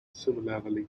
similarly